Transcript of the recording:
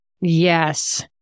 Yes